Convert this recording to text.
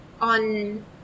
on